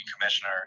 commissioner